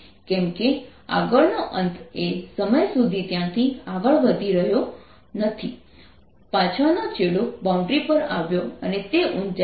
કેમ કે આગળનો અંત એ સમય સુધી ત્યાંથી આગળ વધી શક્યો નહીં પાછળનો છેડો બાઉન્ડ્રી પર આવ્યો અને તે ઊંચાઈ 4 mm છે